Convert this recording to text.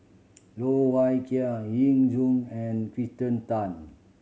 Loh Wai Kiew Yu Zhuye and Kirsten Tan